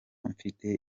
mfite